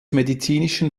medizinischen